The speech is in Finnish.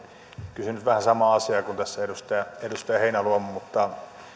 kysynyt vähän samaa asiaa kuin tässä edustaja edustaja heinäluoma